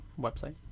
website